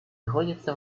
находятся